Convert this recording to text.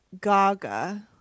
Gaga